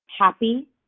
happy